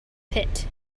pit